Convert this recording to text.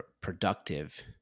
productive